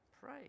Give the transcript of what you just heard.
Pray